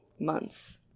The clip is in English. months